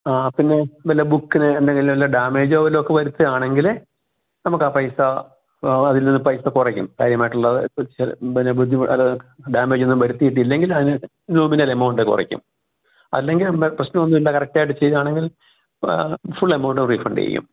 ആ പിന്നെ വല്ല ബുക്കിന് എന്തെങ്കിലു വല്ല ഡാമേജോ വല്ലതുമൊക്കെ വരുത്തുക ആണെങ്കിൽ നമുക്കാപൈസ അതില് നിന്ന് പൈസ കുറയ്ക്കും കാര്യമായിട്ടുള്ള ഇപ്പോൾ ചെ പിന്നെ ബുദ്ധി അല്ല ഡാമേജൊന്നും വരുത്തീട്ടില്ലെങ്കില് അതിന് നൂമിനൽ എമൗണ്ട് കുറയ്ക്കും അല്ലെങ്കിൽ നമ്മൾ പ്രശ്നം ഒന്നുമില്ല കറക്റ്റായിട്ട് ചെയ്യാണെങ്കില് ഫുള്ളൂ എമൗണ്ട് റീഫണ്ട് ചെയ്യും